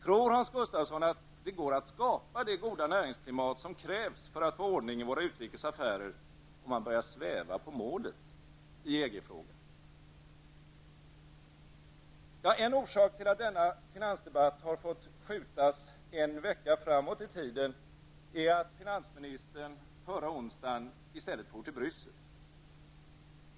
Tror Hans Gustafsson att det går att skapa det goda näringsklimat som krävs för att få ordning i våra utrikesaffärer, om man börjar sväva på målet i EG-frågan? En orsak till att denna finansdebatt har fått skjutas en vecka framåt i tiden är att finansministern förra onsdagen i stället for till Bryssel.